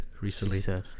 recently